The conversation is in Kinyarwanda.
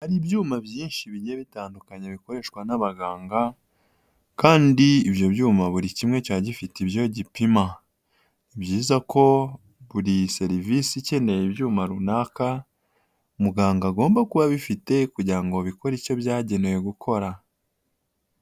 Hari ibyuma byinshi bigiye bitandukanye bikoreshwa n'abaganga, kandi ibyo byuma buri kimwe kiba gifite ibyo gipima. Ni byiza ko buri serivisi ikeneye ibyuma runaka, muganga agomba kuba abifite kugira ngo bikore icyo byagenewe gukora.